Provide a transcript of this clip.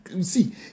see